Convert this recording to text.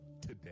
today